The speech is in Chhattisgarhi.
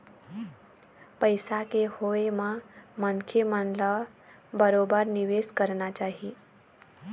पइसा के होय म मनखे मन ल बरोबर निवेश करना चाही